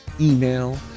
email